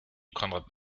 konrad